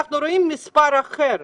אנחנו רואים מספרים אחרים,